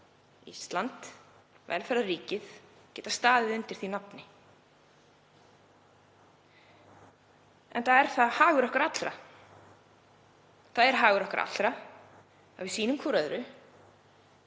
Ísland, velferðarríkið, geti staðið undir því nafni enda er það hagur okkar allra. Það er hagur okkar allra að sýna hvert öðru